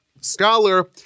scholar